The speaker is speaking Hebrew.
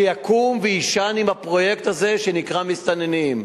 שיקום ויישן עם הפרויקט הזה שנקרא מסתננים.